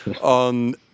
on